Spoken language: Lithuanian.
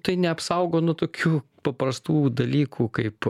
tai neapsaugo nuo tokių paprastų dalykų kaip